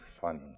funny